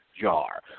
jar